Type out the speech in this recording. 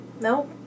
Nope